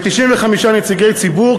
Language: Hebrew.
ו-95 נציגי ציבור,